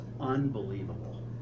unbelievable